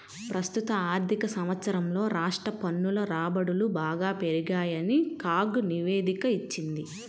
ప్రస్తుత ఆర్థిక సంవత్సరంలో రాష్ట్ర పన్నుల రాబడులు బాగా పెరిగాయని కాగ్ నివేదిక ఇచ్చింది